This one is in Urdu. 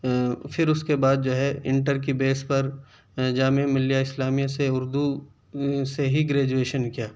پھر اس کے بعد جو ہے انٹر کی بیس پر جامعہ ملیہ اسلامیہ سے اردو سے ہی گریجویشن کیا